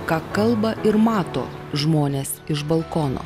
ką kalba ir mato žmonės iš balkono